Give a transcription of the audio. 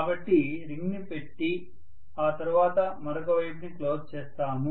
కాబట్టి రింగ్ ని పెట్టి ఆ తర్వాత మరొక వైపుని క్లోజ్ చేస్తాము